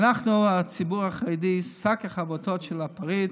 ואנחנו, הציבור החרדי, שק החבטות של הפריץ,